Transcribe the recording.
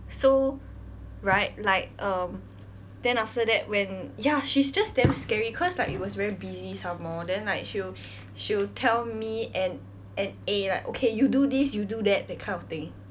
so right like um then after that when ya she's just damn scary cause like it was very busy some more then like she will she will tell me and A like okay you do this you do that that kind of thing